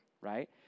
right